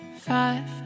five